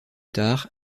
tard